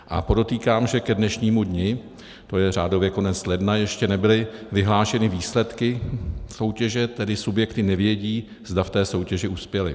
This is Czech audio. A podotýkám, že ke dnešnímu dni, to je řádově konec ledna, ještě nebyly vyhlášeny výsledky soutěže, subjekty tedy nevědí, zda v té soutěži uspěly.